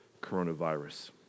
coronavirus